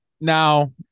Now